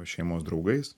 šeimos draugais